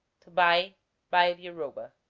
to buy by the arroba